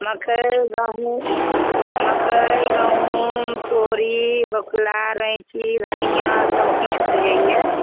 मकइ गहूम मकइ गहूम तोरी बकुला रैञ्ची धनिआँ सबकिछु उपजै अइ